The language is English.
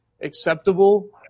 acceptable